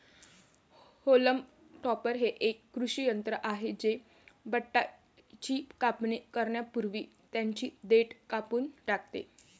haulm topper हे एक कृषी यंत्र आहे जे बटाट्याची कापणी करण्यापूर्वी त्यांची देठ कापून टाकते